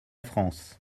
france